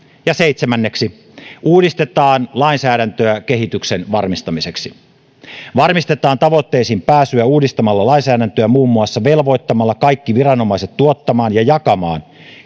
seitsemänneksi uudistetaan lainsäädäntöä kehityksen varmistamiseksi varmistetaan tavoitteisiin pääsyä uudistamalla lainsäädäntöä muun muassa velvoittamalla kaikki viranomaiset tuottamaan ja jakamaan